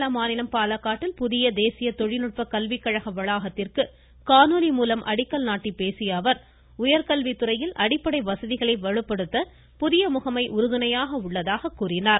கேரள மாநிலம் பாலக்காட்டில் புதிய தேசிய தொழில்நுட்ப கல்வி கழக வளாகத்திற்கு காணொலி மூலம் அடிக்கல் நாட்டிப் பேசிய அவர் உயர்கல்வித் துறையில் அடிப்படை வசதிகளை வலுப்படுத்துவதற்கு புதிய முகமை உறுதுணையாக உள்ளதாக கூறினார்